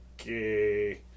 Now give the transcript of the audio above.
Okay